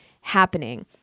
happening